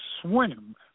swim